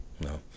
no